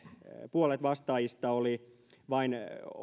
puolet vastaajista oli vain